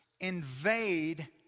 invade